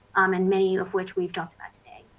um and many of which we have talked about today.